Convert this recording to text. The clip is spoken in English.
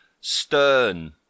stern